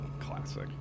Classic